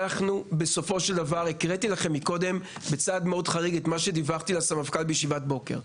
אני הקראתי לכם מקודם את הדיווח שהעברתי לסמפכ״ל בישיבת בוקר,